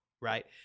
right